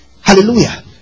Hallelujah